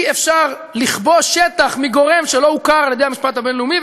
אי-אפשר לכבוש שטח מגורם שלא הוכר על-ידי המשפט הבין-לאומי,